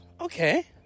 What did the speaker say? Okay